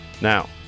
Now